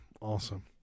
Awesome